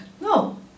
No